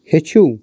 ہیٚچھِو